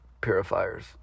purifiers